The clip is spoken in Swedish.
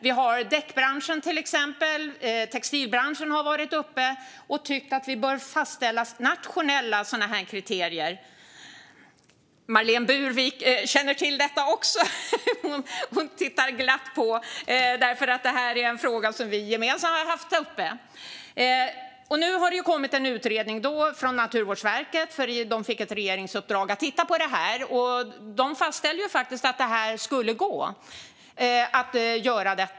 Till exempel däckbranschen och textilbranschen har tyckt att vi bör fastställa nationella sådana kriterier. Marlene Burwick känner också till detta - hon ser glad ut. Det är nämligen en fråga som vi gemensamt har haft uppe. Nu har det kommit en utredning från Naturvårdsverket. De fick ett regeringsuppdrag att titta på detta, och de fastställde faktiskt att det här skulle gå att göra.